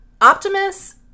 Optimus